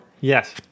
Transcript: Yes